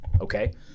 okay